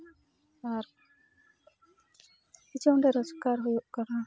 ᱟᱨ ᱡᱟᱜᱮ ᱨᱳᱡᱜᱟᱨ ᱦᱩᱭᱩᱜ ᱠᱟᱱᱟ